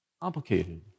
complicated